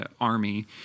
Army